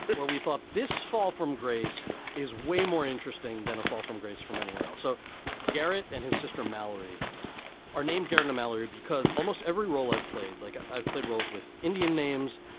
but well, we thought this fall from grace is way more interesting than a fall from grace from anyone else. so garrett and his sister mallory are named garena mallory, because almost every role i've played, like i've played roles with indian names.